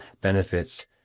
benefits